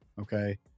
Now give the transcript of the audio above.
okay